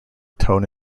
tone